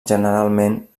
generalment